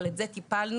אבל בזה טיפלנו,